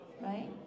Right